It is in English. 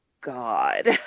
God